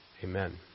Amen